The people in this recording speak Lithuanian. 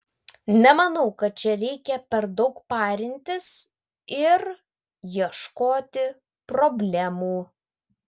nemanau kad čia reikia per daug parintis ir ieškoti problemų